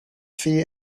see